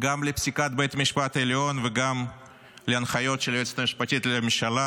גם לפסיקת בית המשפט העליון וגם להנחיות של היועצת המשפטית לממשלה.